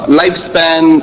lifespan